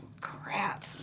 crap